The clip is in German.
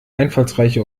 einfallsreiche